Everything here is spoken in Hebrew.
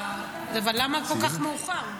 אבל למה כל כך מאוחר?